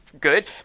good